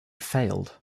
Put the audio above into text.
failed